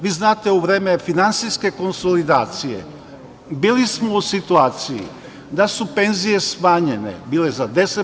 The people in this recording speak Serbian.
Vi znate da smo u vreme finansijske konsolidacije bili u situaciji da su penzije bile smanjene za 10%